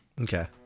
Okay